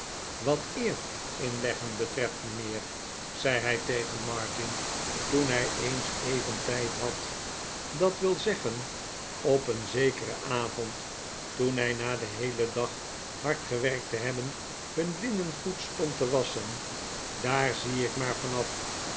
wat eer inleggen betreft mijnheer zei hij tegen martin toen hij eens even tijd had dat wil zeggen op een zekeren avond toen hij na den heelen dag hard gewerkt te hebben hun linnengoed stond te wasschen daar zie ik maar van